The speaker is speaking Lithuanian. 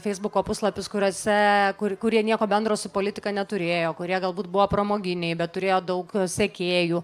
feisbuko puslapius kuriuose kur kurie nieko bendro su politika neturėjo kurie galbūt buvo pramoginiai bet turėjo daug sekėjų